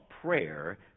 prayer